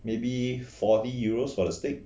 maybe forty euros for the steak